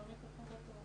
שלום ובוקר טוב.